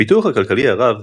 הפיתוח הכלכלי הרב,